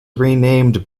renamed